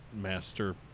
master